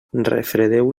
refredeu